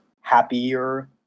happier